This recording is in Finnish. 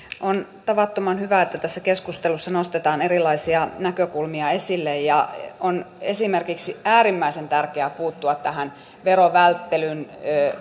on tavattoman hyvä että tässä keskustelussa nostetaan erilaisia näkökulmia esille ja on esimerkiksi äärimmäisen tärkeää puuttua tähän verovälttelyn